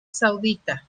saudita